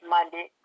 Monday